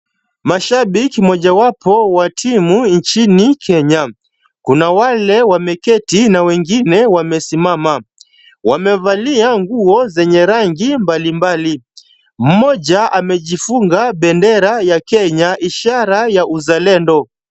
Mashabiki mojawapo wa timu nchini Kenya. Kuna wale wameketi na wengine wamesimama. Wamevalia nguo zenye rangi mbalimbali. Mmoja amejifunga bendera ya Kenya ishara ya uzalendo.